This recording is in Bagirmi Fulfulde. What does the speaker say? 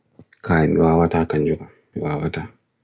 Kulol organic ko njari ngam waɗɗiɗa ɗum nguurɗi e ndiyam.